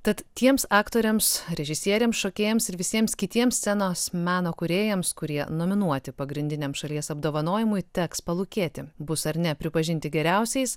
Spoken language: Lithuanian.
tad tiems aktoriams režisieriams šokėjams ir visiems kitiems scenos meno kūrėjams kurie nominuoti pagrindiniam šalies apdovanojimui teks palūkėti bus ar ne pripažinti geriausiais